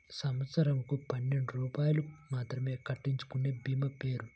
సంవత్సరంకు పన్నెండు రూపాయలు మాత్రమే కట్టించుకొనే భీమా పేరు?